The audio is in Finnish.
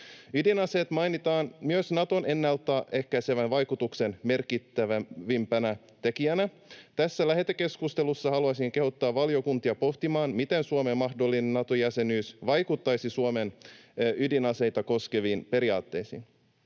Ydinaseet mainitaan myös Naton ennalta ehkäisevän vaikutuksen merkittävimpänä tekijänä. Tässä lähetekeskustelussa haluaisin kehottaa valiokuntia pohtimaan, miten Suomen mahdollinen Nato-jäsenyys vaikuttaisi Suomen ydinaseita koskeviin periaatteisiin.